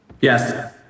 Yes